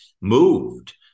moved